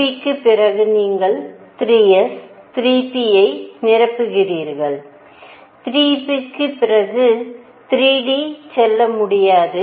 2 p க்குப் பிறகு நீங்கள் 3 s 3 p ஐ நிரப்புகிறீர்கள் 3 p க்குப் பிறகு நீங்கள் 3 d க்கு செல்ல முடியாது